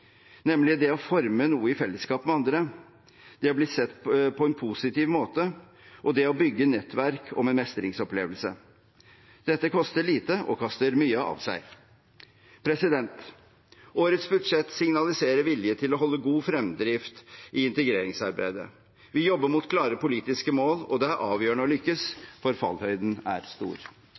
nemlig det å forme noe i fellesskap med andre, det å bli sett på en positiv måte, det å bygge nettverk og om mestringsopplevelse. Dette koster lite og kaster mye av seg. Årets budsjett signaliserer vilje til å holde god fremdrift i integreringsarbeidet. Vi jobber mot klare politiske mål, og det er avgjørende å lykkes, for fallhøyden er stor.